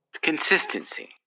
consistency